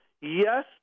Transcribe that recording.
Yes